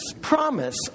promise